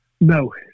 No